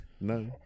No